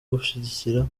gushyigikira